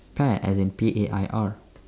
pear as in P A I R